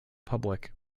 public